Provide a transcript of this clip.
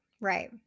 right